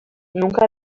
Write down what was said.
nunca